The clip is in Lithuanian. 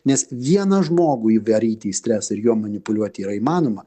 nes vieną žmogų įvaryti į stresą ir juo manipuliuoti yra įmanoma